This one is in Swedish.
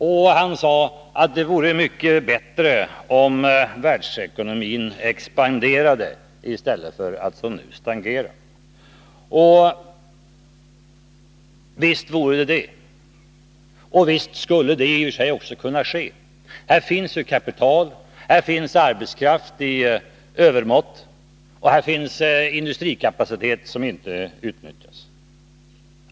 Olof Palme sade att det vore mycket bättre om världsekonomin expanderade i stället för att som nu stagnera. Visst vore det bra, och visst skulle det i och för sig också kunna ske. Det finns kapital, arbetskraft i övermått och industrikapacitet som inte utnyttjas.